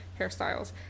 hairstyles